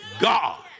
God